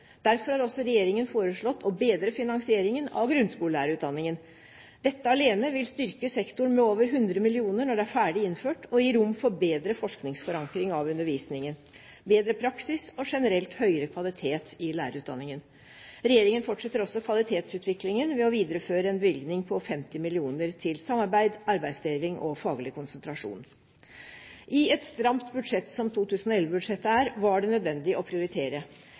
Derfor har også regjeringen foreslått å bedre finansieringen av grunnskolelærerutdanningen. Dette alene vil styrke sektoren med over 100 mill. kr når det er ferdig innført, og gi rom for bedre forskningsforankring av undervisningen, bedre praksis og generelt høyere kvalitet i lærerutdanningen. Regjeringen fortsetter også kvalitetsutviklingen ved å videreføre en bevilgning på 50 mill. kr til samarbeid, arbeidsdeling og faglig konsentrasjon. I et stramt budsjett – som 2011-budsjettet er – var det nødvendig å prioritere.